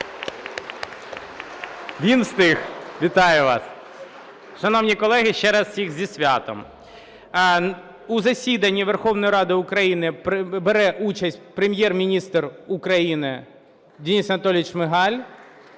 Він встиг. Вітаю вас! (Оплески) Шановні колеги, ще раз всіх зі святом! У засіданні Верховної Ради України бере участь Прем'єр-міністр України Денис Анатолійович Шмигаль,